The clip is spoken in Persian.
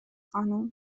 خانم